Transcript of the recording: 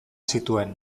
zituen